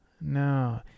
No